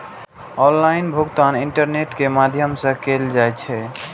online भुगतान internet के माध्यम सं कैल जाइ छै